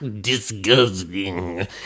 disgusting